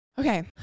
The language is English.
Okay